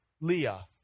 Leah